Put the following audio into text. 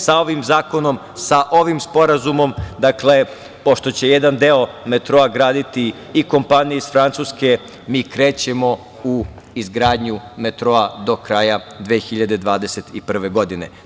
Sa ovim zakonom, sa ovim sporazumom, pošto će jedan deo metroa graditi i kompanije iz Francuske, mi krećemo u izgradnju metroa do kraja 2021. godine.